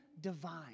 divine